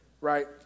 right